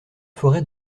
forêts